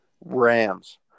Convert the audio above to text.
Rams